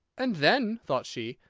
and then, thought she,